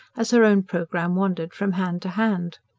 as her own programme wandered from hand to hand.